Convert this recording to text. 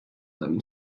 them